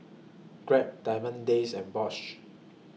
Grab Diamond Days and Bosch